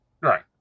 Right